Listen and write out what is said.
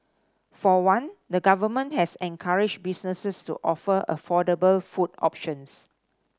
for one the Government has encouraged businesses to offer affordable food options